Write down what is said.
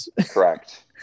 Correct